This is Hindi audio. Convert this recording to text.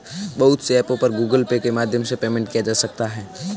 बहुत से ऐपों पर गूगल पे के माध्यम से पेमेंट किया जा सकता है